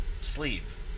sleeve